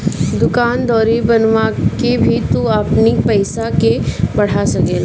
दूकान दौरी बनवा के भी तू अपनी पईसा के बढ़ा सकेला